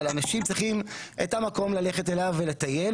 אבל אנשים צריכים את המקום ללכת אליו ולטייל